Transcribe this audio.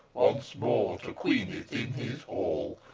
more to queen it in his hall.